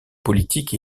politiques